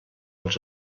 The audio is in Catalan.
als